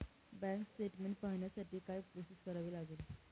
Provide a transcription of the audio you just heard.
Bank statement पाहण्यासाठी काय process करावी लागेल?